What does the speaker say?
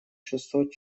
шестьсот